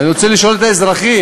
אני רוצה לשאול את האזרחים,